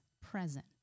present